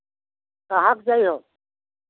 कहाँ पर जइहो